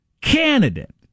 candidate